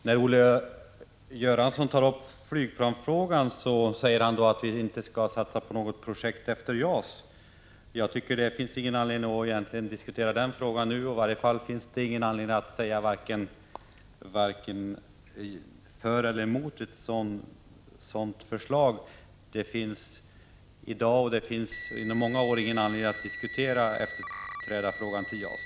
Herr talman! När Olle Göransson tog upp flygplansfrågan sade han att vi inte skall satsa på något projekt efter JAS. Det finns egentligen ingen anledning att nu diskutera den frågan. I varje fall bör man inte uttala sig vare sig för eller emot ett eventuellt förslag. Det finns inte i dag, och inte heller inom loppet av många år, skäl att diskutera efterträdarfrågan.